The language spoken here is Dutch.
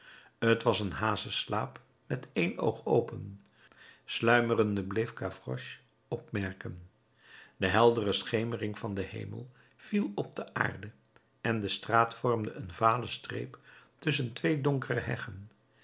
t was een hazenslaap met één oog open sluimerende bleef gavroche opmerken de heldere schemering van den hemel viel op de aarde en de straat vormde een vale streep tusschen twee donkere heggen